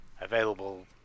available